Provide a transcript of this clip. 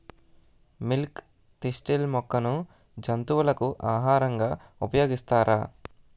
Milk thistle మొక్కను జంతువులకు ఆహారంగా ఉపయోగిస్తారా?